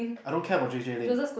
I don't care about J_J-Lin